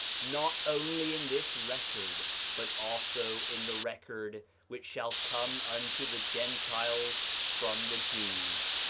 not only in this record but also in the record which shall come unto the gentiles from the jews,